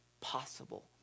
possible